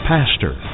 Pastor